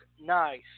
nice